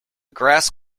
grass